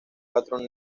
patrón